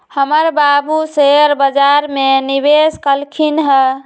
हमर बाबू शेयर बजार में निवेश कलखिन्ह ह